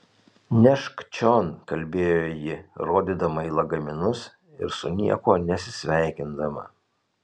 nešk čion kalbėjo ji rodydama į lagaminus ir su niekuo nesisveikindama